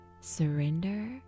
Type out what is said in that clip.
Surrender